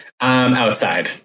Outside